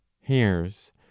hairs